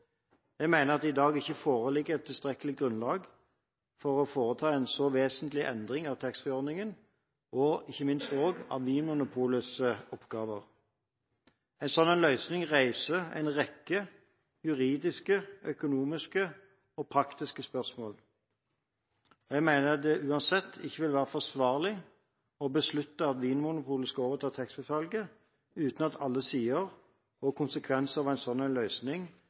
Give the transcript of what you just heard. Jeg mener at det i dag ikke foreligger et tilstrekkelig grunnlag for å foreta en så vesentlig endring av taxfree-ordningen og ikke minst også av Vinmonopolets oppgaver. En slik løsning reiser en rekke juridiske, økonomiske og praktiske spørsmål. Jeg mener det uansett ikke vil være forsvarlig å beslutte at Vinmonopolet skal overta taxfree-salget uten at alle sider og konsekvenser ved en sånn løsning er nærmere utredet. En